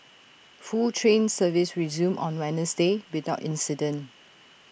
full train service resumed on Wednesday without incident